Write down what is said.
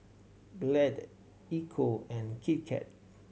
Glade Ecco and Kit Kat